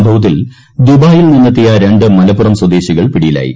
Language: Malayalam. സംഭവത്തിൽ ദുബായിൽ നിന്നെത്തിയ രണ്ട് മലപ്പുറം സ്വദേശികൾ പിടിയിലായി